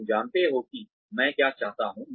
तुम जानते हो कि मैं क्या चाहता हूँ